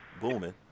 booming